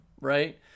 right